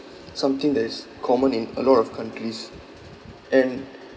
something that is common in a lot of countries and